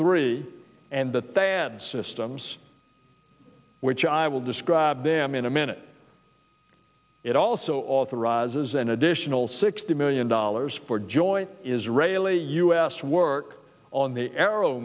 three and the thanh systems which i will describe them in a minute it also authorizes an additional sixty million dollars for joint israeli us work on the arrow